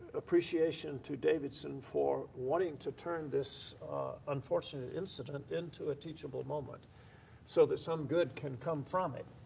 appreciation to davidson for wanting to turn this unfortunate incident into a teachable moment so that some good can come from it